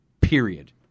period